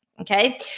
Okay